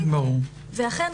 ואכן,